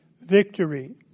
victory